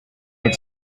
been